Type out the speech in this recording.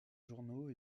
journaux